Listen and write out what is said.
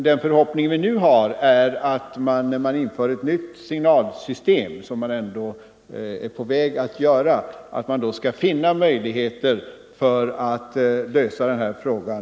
Den förhoppning som i varje fall utskottet nu har är att man, när man inför ett nytt signalsystem — vilket man ändå är på väg att göra — skall finna möjlighet att lösa den här frågan.